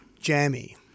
jammy